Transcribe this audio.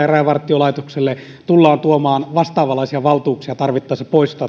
ja rajavartiolaitokselle tullaan tuomaan vastaavanlaisia valtuuksia tarvittaessa poistaa